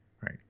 right